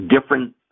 different